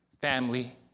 family